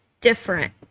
different